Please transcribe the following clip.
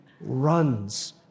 runs